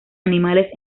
animales